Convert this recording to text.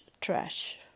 trash